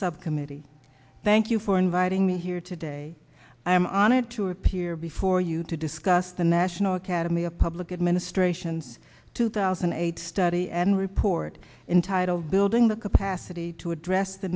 subcommittee thank you for inviting me here today i am honored to appear before you to discuss the national academy of public administration's two thousand and eight study and report entitled building the capacity to address the